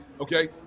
Okay